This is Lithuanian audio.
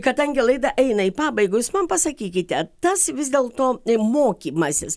kadangi laida eina į pabaigą jūs man pasakykite tas vis dėlto mokymasis